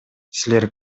силер